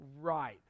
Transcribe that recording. Right